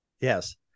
Yes